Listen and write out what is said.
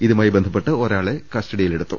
ഇതു മായി ബന്ധപ്പെട്ട് ഒരാളെ കസ്റ്റഡിയിലെടുത്തു